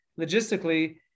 logistically